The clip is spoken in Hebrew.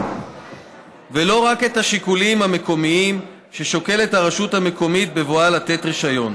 ולא רק את השיקולים המקומיים ששוקלת הרשות המקומית בבואה לתת רישיון.